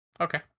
Okay